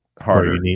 harder